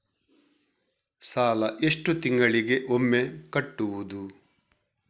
ಸಾಲ ಎಷ್ಟು ತಿಂಗಳಿಗೆ ಒಮ್ಮೆ ಕಟ್ಟುವುದು?